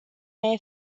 mainly